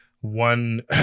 one